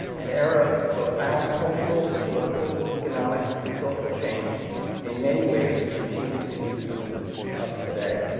an era of profound cultural, political, economic, and social change in many ways continues to influence us today.